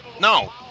No